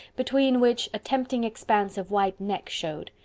between which a tempting expanse of white neck showed,